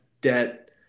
debt